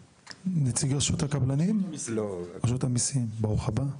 נציג רשות המיסים, ברוך הבא.